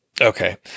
Okay